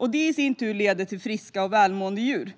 något som i sin tur leder till friska och välmående djur.